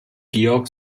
georg